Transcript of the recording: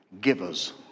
givers